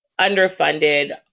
underfunded